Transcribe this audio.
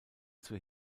zur